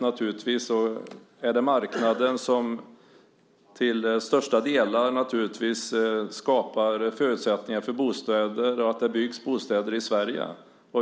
Naturligtvis är det marknaden som till största delen skapar förutsättningar för att det byggs bostäder i Sverige.